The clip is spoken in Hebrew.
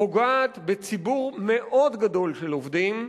פוגעת בציבור מאוד גדול של עובדים,